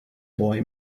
boy